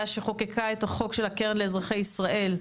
שחוקקה את החוק של הקרן לאזרחי ישראל,